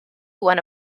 one